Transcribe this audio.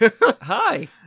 hi